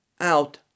out